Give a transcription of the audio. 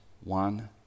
one